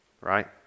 right